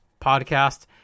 Podcast